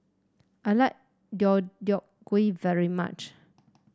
I like Deodeok Gui very much